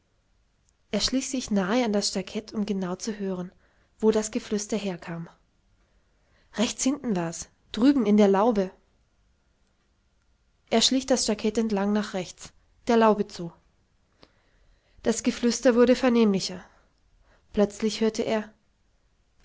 er schlich sich nahe an das stacket um genau zu hören wo das geflüster herkam rechts hinten wars drüben in der laube er schlich das stacket entlang nach rechts der laube zu das geflüster wurde vernehmlicher plötzlich hörte er